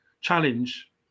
challenge